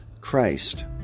Christ